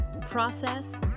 process